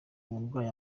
umurwayi